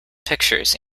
pictures